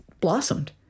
blossomed